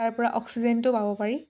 তাৰপৰা অক্সিজেনটো পাব পাৰি